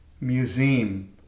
museum